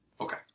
Okay